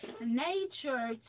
nature